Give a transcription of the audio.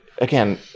again